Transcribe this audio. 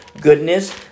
goodness